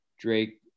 Drake